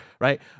right